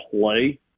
play